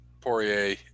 Poirier